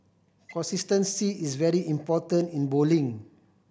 consistency is very important in bowling